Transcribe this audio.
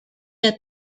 had